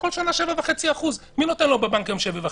כל שנה זה 7.5%. מי נותן לו בבנק היום 7.5%?